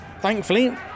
Thankfully